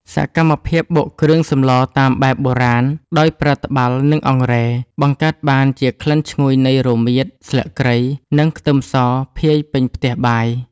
សកម្មភាពបុកគ្រឿងសម្លតាមបែបបុរាណដោយប្រើត្បាល់ និងអង្រែ បង្កើតបានជាក្លិនឈ្ងុយនៃរមៀត ស្លឹកគ្រៃ និងខ្ទឹមស ភាយពេញផ្ទះបាយ។